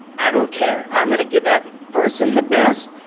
i don't care i'm going to give that person the best.